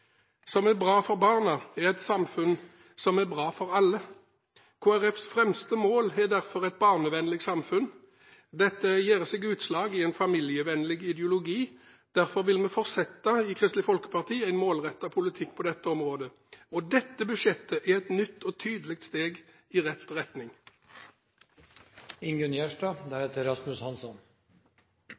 som er bra for barna, er et samfunn som er bra for alle. Kristelig Folkepartis fremste mål er derfor et barnevennlig samfunn. Dette gjør seg utslag i en familievennlig ideologi. Derfor vil vi i Kristelig Folkeparti fortsette en målrettet politikk på dette området. Dette budsjettet er et nytt og tydelig steg i